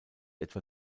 etwa